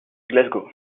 glasgow